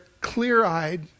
clear-eyed